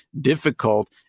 difficult